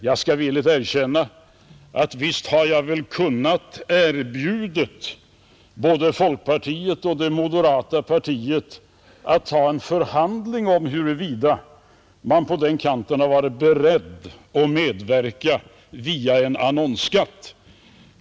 Jag skall villigt erkänna att jag visst hade kunnat erbjuda både folkpartiet och moderata samlingspartiet en förhandling om huruvida man på den kanten hade varit beredd att medverka via en annonsskatt.